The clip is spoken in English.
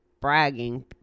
bragging